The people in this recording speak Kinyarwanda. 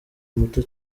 muto